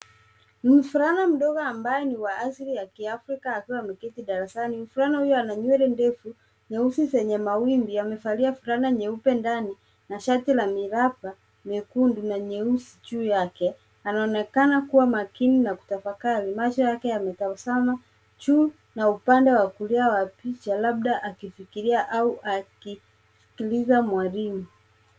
Mvulana mdogo ambaye ni wa asili ya kiafrika akiwa ameketi darasani. Mvulana huyo ana nywele ndefu nyeusi zenye mawimbi amevalia fulana nyeupe ndani na shati la miraba mekundu na meusi juu yake, anaonekana kuwa makini na kutafakari, macho yake yametazama juu na upande wa kulia wa picha labda akifikiria au akisikiliza mwalimu.